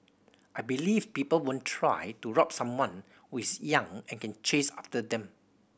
I believe people won't try to rob someone who is young and can chase after them